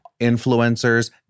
influencers